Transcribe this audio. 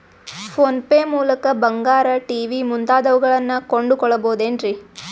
Phone pay ಮೂಲಕ ಬಂಗಾರ, TV ಮುಂತಾದವುಗಳನ್ನ ಕೊಂಡು ಕೊಳ್ಳಬಹುದೇನ್ರಿ?